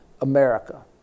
America